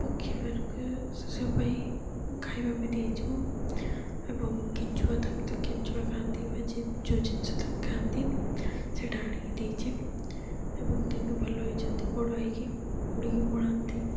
ପକ୍ଷୀମାନଙ୍କ ସେ ସବୁ ପାଇଁ ଖାଇବା ବି ଦେଇଛୁ ଏବଂ କେଞ୍ଚୁଆ ତାଙ୍କେ ତ କେଞ୍ଚୁଆ ଖାଆନ୍ତି ବା ଯେଉଁ ଜିନିଷ ତାଙ୍କେ ଖାଆନ୍ତି ସେଇଟା ଆଣିକି ଦେଇଛି ଏବଂ ତାଙ୍କୁ ଭଲ ହେଇଛନ୍ତି ବଡ଼ ହେଇକି ଉଡ଼ିକି ପଳାନ୍ତି